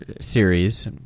series